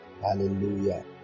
hallelujah